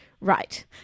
Right